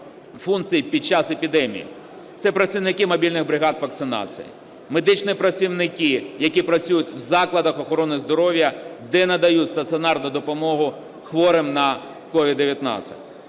функції під час епідемії. Це працівники мобільних бригад вакцинації; медичні працівники, які працюють в закладах охорони здоров'я, де надають стаціонарну допомогу хворим на СOVID-19;